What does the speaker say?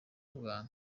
bwanyu